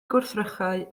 gwrthrychau